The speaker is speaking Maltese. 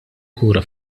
kura